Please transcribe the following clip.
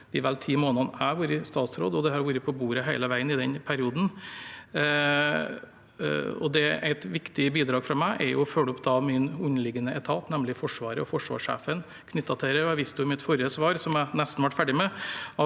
de vel ti månedene jeg har vært statsråd, og dette har vært på bordet hele veien i den perioden. Et viktig bidrag fra meg er å følge opp min underliggende etat, nemlig Forsvaret og forsvarssjefen, angående dette. Jeg viste i mitt forrige svar, som jeg nesten ble ferdig med,